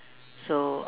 so